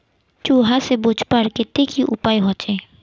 चूहा से बचवार केते की उपाय होचे?